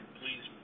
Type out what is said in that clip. please